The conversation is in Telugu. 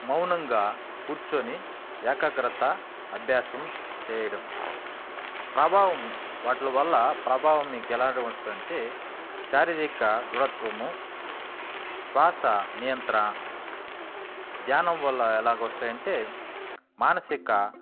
మౌనంగా కూర్చోని ఏకాగ్రత అభ్యాసం చేయడం ప్రభావము వాటి వల్ల ప్రభావం మీకు ఎలా వస్తుందంటే శారీరక దృఢత్వము శ్వాస నియంత్రణ ధ్యానం వల్ల ఎలా వస్తాయి అంటే మానసిక